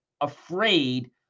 afraid